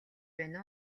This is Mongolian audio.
байна